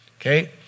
Okay